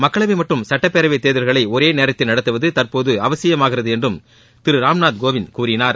மக்களவை மற்றும் சட்டப்பேரவைத் தேர்தல்களை ஒரே நேரத்தில் நடத்துவது தற்போது அவசிபமாகிறது என்றும் திரு ராம்நாத் கோவிந்த் கூறினார்